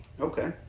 Okay